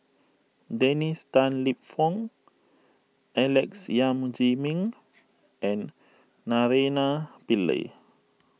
Dennis Tan Lip Fong Alex Yam Ziming and Naraina Pillai